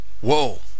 Whoa